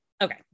okay